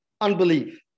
unbelief